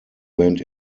went